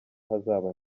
hazaba